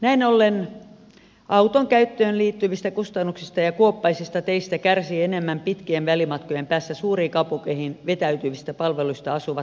näin ollen auton käyttöön liittyvistä kustannuksista ja kuoppaisista teistä kärsivät enemmän pitkien välimatkojen päässä suuriin kaupunkeihin vetäytyvistä palveluista asuvat kansalaiset